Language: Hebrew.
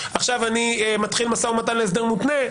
עכשיו אני מתחיל משא ומתן להסדר מותנה.